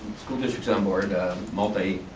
school district's on board mutli,